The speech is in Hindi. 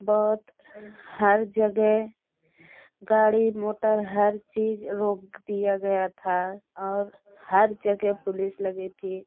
बहुत हर जगह गाड़ी मोटर हर चीज़ रोक दिया गया था और हर जगह पुलिस लगी थी